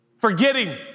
forgetting